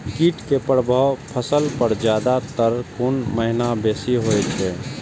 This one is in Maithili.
कीट के प्रभाव फसल पर ज्यादा तर कोन महीना बेसी होई छै?